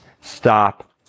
Stop